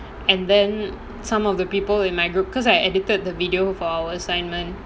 and then some of the people in my group because I edited the video of our assignment